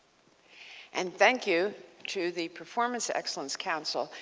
and thank you to the performance excellence council.